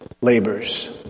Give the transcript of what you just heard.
labors